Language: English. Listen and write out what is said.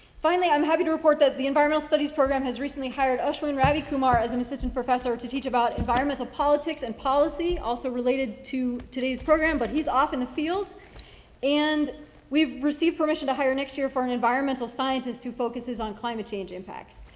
finally, i'm happy to report that the environmental studies program has recently hired ashwin ravi kumar as an assistant professor to teach about environmental environmental politics and policy also related to today's program, but he's off in the field and we've received permission to hire next year for an environmental scientist who focuses on climate change impacts.